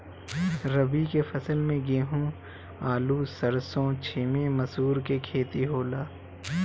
रबी के फसल में गेंहू, आलू, सरसों, छीमी, मसूर के खेती होला